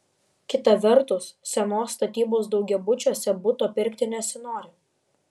kita vertus senos statybos daugiabučiuose buto pirkti nesinori